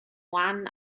wan